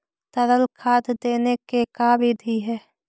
तरल खाद देने के का बिधि है?